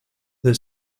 they